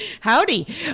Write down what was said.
Howdy